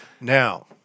Now